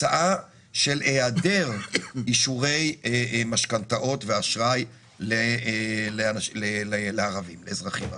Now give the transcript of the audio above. תוצאה של היעדר אישורי משכנתאות ואשראי לאזרחים ערבים.